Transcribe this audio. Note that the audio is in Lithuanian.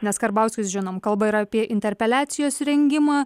nes karbauskis žinom kalba ir apie interpeliacijos rengimą